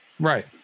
Right